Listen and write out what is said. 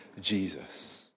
Jesus